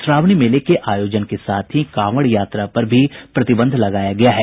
श्रावणी मेले के आयोजन के साथ ही कांवड़ यात्रा पर भी प्रतिबंध लगाया गया है